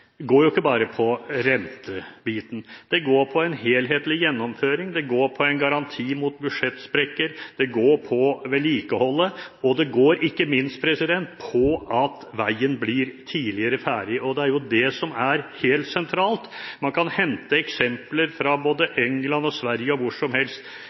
går ikke bare på rentebiten. Det går på en helhetlig gjennomføring. Det går på en garanti mot budsjettsprekker. Det går på vedlikeholdet, og ikke minst går det på at veien blir tidligere ferdig. Det er jo det som er helt sentralt. Man kan hente eksempler fra både England og Sverige og hvor som helst.